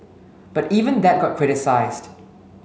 but even that got criticised